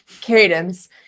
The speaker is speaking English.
cadence